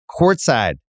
courtside